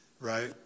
right